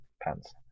pants